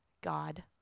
God